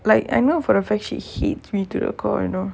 like I know for a fact she hates me to the core you know